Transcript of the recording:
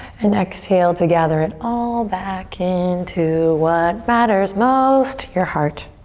and exhale to gather it all back into what matters most, your heart.